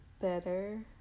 better